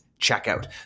checkout